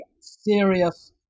serious